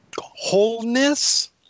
wholeness